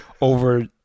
over